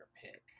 pick